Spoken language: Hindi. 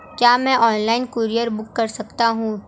क्या मैं ऑनलाइन कूरियर बुक कर सकता हूँ?